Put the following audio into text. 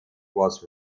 was